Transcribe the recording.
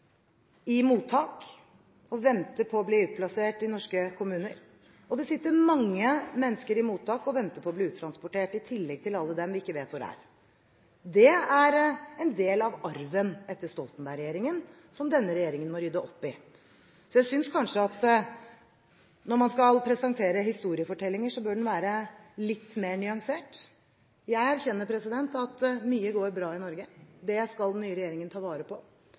i mottak og venter på å bli utplassert i norske kommuner, og det sitter mange mennesker i mottak og venter på å bli uttransportert – i tillegg til alle dem vi ikke vet hvor er. Det er en del av arven etter Stoltenberg-regjeringen som denne regjeringen må rydde opp i. Jeg synes kanskje at når man skal presentere en historiefortelling, bør den være litt mer nyansert. Jeg erkjenner at mye går bra i Norge. Det skal den nye regjeringen ta vare på.